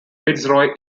fitzroy